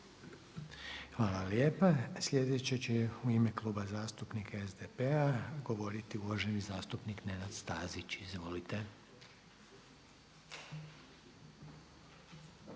Hvala lijepa. Slijedeći će u ime Kluba zastupnika SDP-a govoriti uvaženi zastupnik Nenad Stazić. Izvolite.